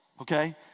okay